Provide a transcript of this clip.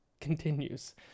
continues